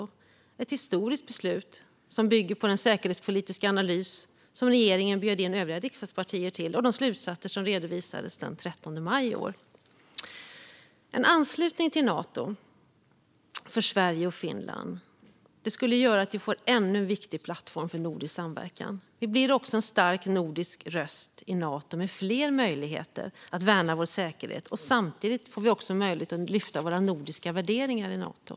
Det är ett historiskt beslut, som bygger på den säkerhetspolitiska analys som regeringen bjöd in övriga riksdagspartier till och på de slutsatser som redovisades den 13 maj i år. En anslutning till Nato för Sverige och Finland skulle göra att vi får ännu en viktig plattform för nordisk samverkan. Vi blir också en stark nordisk röst i Nato, med fler möjligheter att värna vår säkerhet. Samtidigt får vi möjlighet att lyfta våra nordiska värderingar i Nato.